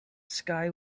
sky